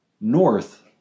north